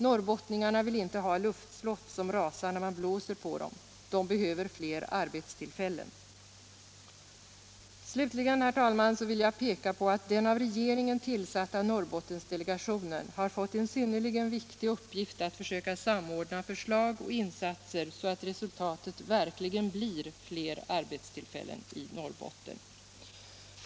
Norrbottningarna vill inte ha luftslott, som rasar när man blåser på dem. De behöver fler arbetstillfällen. Herr talman! Jag vill också peka på att den av regeringen tillsatta Norrbottendelegationen har fått en synnerligen viktig uppgift att försöka samordna förslag och insatser, så att resultatet verkligen blir flera arbetstillfällen i Norrbotten.